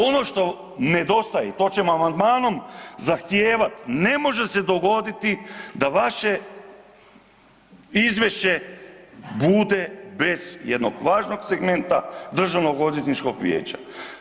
Ono što nedostaje i to ćemo amandmanom zahtijevati, ne može se dogoditi da vaše izvješće bude bez jednog važnog segmenta Državnog odvjetničkog vijeća.